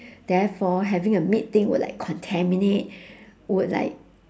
therefore having a meat thing would like contaminate would like